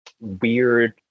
weird